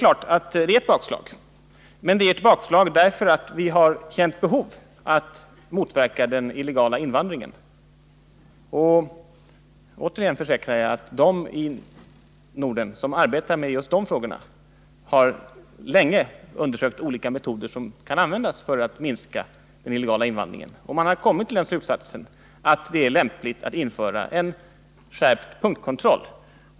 Men det är ett bakslag därför att vi har känt behov av att motverka den illegala invandringen. Återigen försäkrar jag att de i Norden som arbetar med just dessa frågor länge har undersökt olika metoder som kan användas för att minska den illegala invandringen. Man har kommit till slutsatsen att det är lämpligt att införa en skärpt punktkontroll.